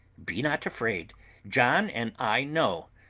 be not afraid john and i know.